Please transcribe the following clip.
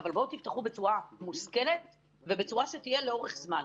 אבל בואו תפתחו בצורה מושכלת ובצורה שתהיה לאורך זמן.